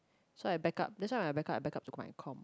so I back up that's why when I back up I back up to my com